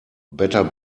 better